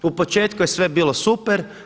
U početku je sve bilo super.